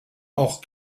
auch